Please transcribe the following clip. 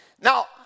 Now